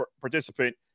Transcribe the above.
participant